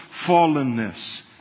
fallenness